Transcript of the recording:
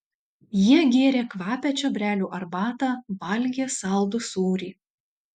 jie gėrė kvapią čiobrelių arbatą valgė saldų sūrį